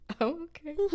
okay